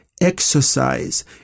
exercise